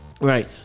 Right